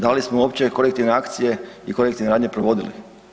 Da li smo uopće korektivne akcije i korektivne radnje provodili?